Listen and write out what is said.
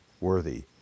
worthy